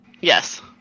Yes